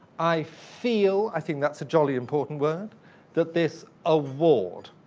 i feel i think that's a jolly important word that this award.